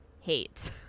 hate